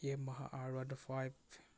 Yamaha আৰৱা ডা five